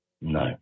No